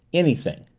anything.